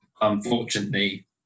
unfortunately